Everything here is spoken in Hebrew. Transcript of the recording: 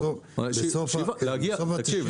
ב-7 אחוזים.